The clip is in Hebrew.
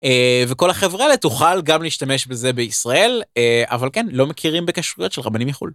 וכל החבר'ה האלה תוכל גם להשתמש בזה בישראל, אבל כן, לא מכירים בכשרויות של רבנים מחו"ל.